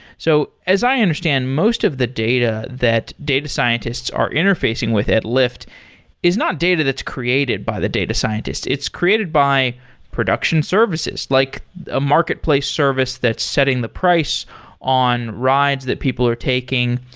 so as i understand, most of the data that data scientists are interfacing with at lyft is not data that's created by the data scientist. it's created by production services, like a marketplace service that's setting the price on rides that people are taking,